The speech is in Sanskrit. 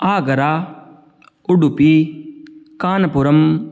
आगरा उडुपि कानपुरम्